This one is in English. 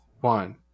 one